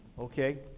Okay